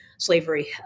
slavery